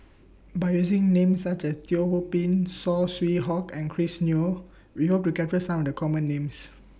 By using Names such as Teo Ho Pin Saw Swee Hock and Chris Yeo We Hope to capture Some of The Common Names